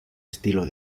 estilo